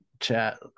chat